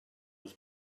was